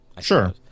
Sure